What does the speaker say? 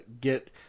get